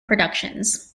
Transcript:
productions